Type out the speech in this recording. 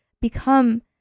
become